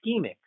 ischemic